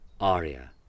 aria